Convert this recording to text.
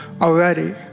already